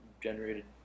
generated